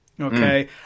okay